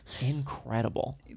Incredible